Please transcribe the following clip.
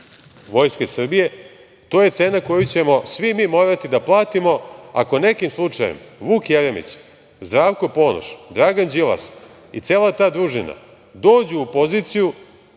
vojske Srbije. To je cena koju ćemo svi mi morati da platimo, ako nekim slučajem Vuk Jeremić, Zdravko Ponoš, Dragan Đilas i cela ta družina dođu u poziciju